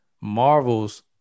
Marvel's